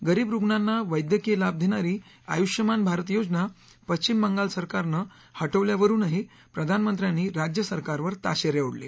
गरीब रुणांना वैद्यकीय लाभ देणारी आयुष्यमान भारत योजना पश्चिम बंगाल सरकारनं हटवल्यावरूनही प्रधानमंत्र्यांनी राज्य सरकारवर ताशेरे ओढले